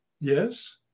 Yes